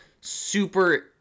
super